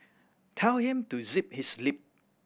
tell him to zip his lip